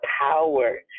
power